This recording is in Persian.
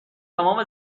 تمام